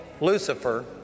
Lucifer